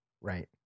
Right